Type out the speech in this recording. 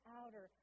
outer